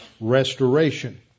restoration